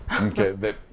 Okay